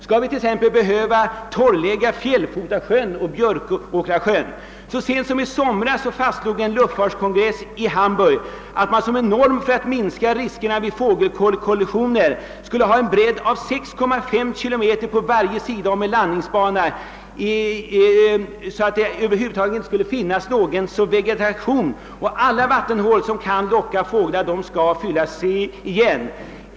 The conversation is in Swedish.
Skall vi t.ex. behöva torrlägga Fjällfotasjön och Björkåkrasjön? Så sent som i somras fastslog en luftfartskongress i Hamburg att man som norm för att minska riskerna för fågelkollisioner skulle uppställa att det på en bredd av 6,5 km på varje sida om en landningsbana inte skall finnas någon betydande vegetation och att alla vattenhål som kan locka fåglar skall fyllas igen.